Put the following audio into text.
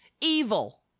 evil